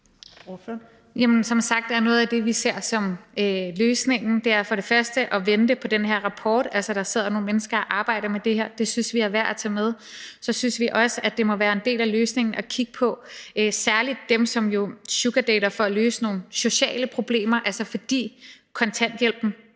Som sagt er noget af det, som vi ser som løsningen, for det første at vente på den her rapport – altså, der sidder nogle mennesker og arbejder med det her, og det synes vi er værd at tage med – og så synes vi også, det må være en del af løsningen særligt at kigge på dem, som sugardater for at løse nogle sociale problemer, fordi kontanthjælpen